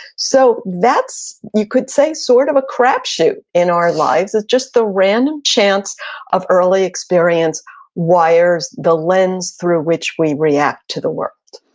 so that's, you could say, sort of a crapshoot in our lives. it's just the random chance of early experience wires the lens through which we react to the world